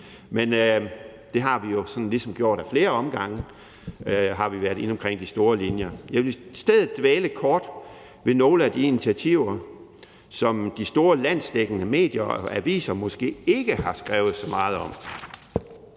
vi har jo ligesom ad flere omgange været inde omkring de store linjer. Jeg vil i stedet dvæle kort ved nogle af de initiativer, som de store landsdækkende medier og aviser måske ikke har skrevet så meget om.